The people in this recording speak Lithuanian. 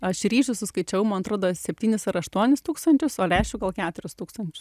aš ryžių suskaičiau man atrodo septynis ar aštuonis tūkstančius o lęšių gal keturis tūkstančius